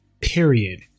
Period